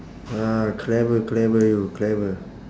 !wah! clever clever you clever